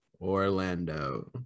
Orlando